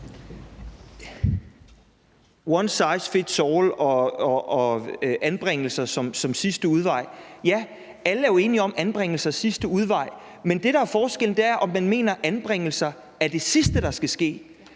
One size fits all og anbringelse som sidste udvej, siger ordføreren. Ja, alle er jo enige om, at anbringelse er sidste udvej. Men det, der er forskellen, er, om man mener, at anbringelse er det sidste, der skal ske.